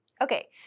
Okay